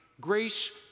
Grace